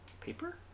paper